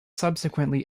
subsequently